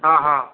ହଁ ହଁ